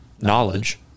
Knowledge